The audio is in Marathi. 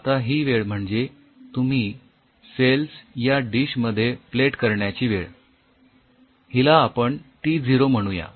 आता ही वेळ म्हणजे तुम्ही सेल्स या डिश मध्ये प्लेट केल्याची वेळ हिला आपण टी झिरो म्हणूया